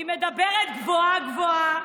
היא מדברת גבוהה-גבוהה